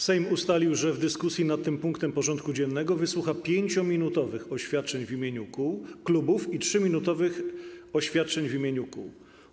Sejm ustalił, że w dyskusji nad tym punktem porządku dziennego wysłucha 5-minutowych oświadczeń w imieniu klubów i 3-minutowych oświadczeń w imieniu kół.